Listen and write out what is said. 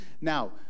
Now